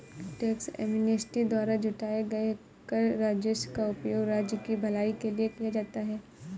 tax amnesty द्वारा जुटाए गए कर राजस्व का उपयोग राज्य की भलाई के लिए किया जाता है